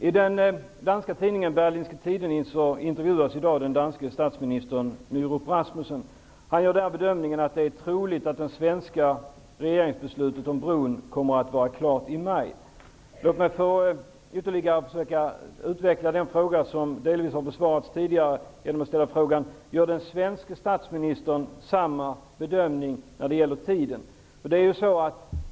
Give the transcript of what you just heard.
I den danska tidningen Berlingske Tidende intervjuas i dag den danske statsministern Nyrup Rasmussen. Han gör bedömningen att det är troligt att det svenska regeringsbeslutet om bron kommer att vara klart i maj. Låt mig få försöka att ytterligare utveckla den fråga som delvis har besvarats tidigare genom att ställa frågan: Gör den svenske statsministern samma bedömning när det gäller tiden?